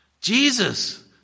Jesus